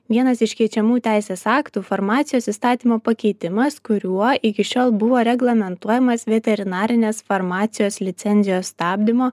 vienas iš keičiamų teisės aktų farmacijos įstatymo pakeitimas kuriuo iki šiol buvo reglamentuojamas veterinarinės farmacijos licenzijos stabdymo